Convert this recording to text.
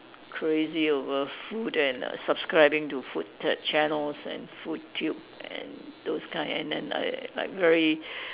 crazy over food and subscribing to food t~ channels and food tube and those kind and then I like very